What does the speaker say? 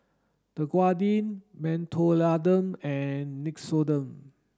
Dequadin Mentholatum and Nixoderm